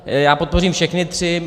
Já podpořím všechny tři.